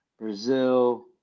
Brazil